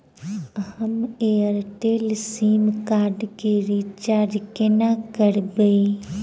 हम Airtel SIM card केँ recharge कोना करबै?